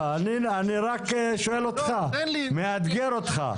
אני רק שואל אותך, מאתגר אותך.